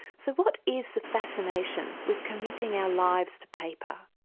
so what is the fascination with committing our lives to paper?